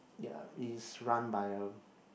ya is run by a